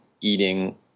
eating